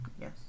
Yes